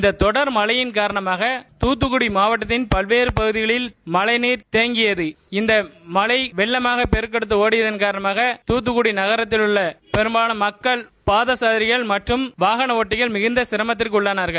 இந்த தொடர்மழையின் காரணமாக தூத்துக்குடி மாவட்டத்தின் பல்வேறு பகுதிகளில் மழழநீர் தேங்கியது இந்த மழை வெள்ளமாக பெருக்கெடுத்து ஓடியதள் காரணமாக துத்துக்குடி நகரத்தில் உள்ள பெரும்பாலான மக்கள் பாதசாரிகள் மற்றும் வாகன ஒட்டிகள் மிகுந்த சிரமத்திற்கு உள்ளாயினர்